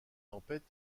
tempête